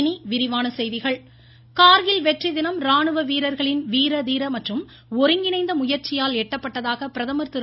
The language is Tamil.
இனி விரிவான செய்திகள் பிரதமர் கார்கில் வெற்றி தினம் ராணுவ வீரர்களின் வீர தீர மற்றும் ஒருங்கிணைந்த முயற்சியால் எட்டப்பட்டதாக பிரதமர் திரு